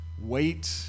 Wait